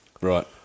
Right